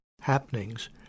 happenings